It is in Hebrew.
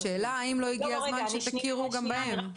השאלה האם לא הגיע הזמן שתכירו גם בהם.